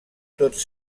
tots